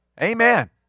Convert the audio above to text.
Amen